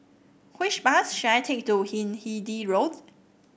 which bus should I take to Hindhede Road